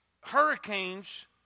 hurricanes